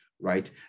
right